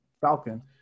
Falcon